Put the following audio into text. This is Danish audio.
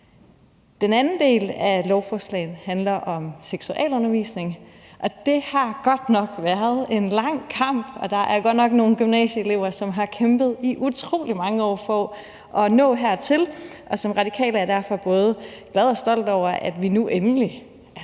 Den anden del af lovforslaget handler om seksualundervisning, og det har godt nok været en lang kamp, og der er godt nok nogle gymnasieelever, som har kæmpet i utrolig mange år for at nå hertil, og som radikal er jeg derfor både glad for og stolt af, at vi nu endelig –